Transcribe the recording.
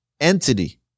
entity